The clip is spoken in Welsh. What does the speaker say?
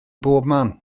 bobman